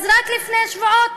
אז רק לפני שבועות